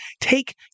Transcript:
take